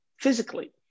physically